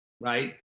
Right